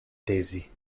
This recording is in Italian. tesi